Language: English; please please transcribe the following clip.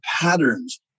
patterns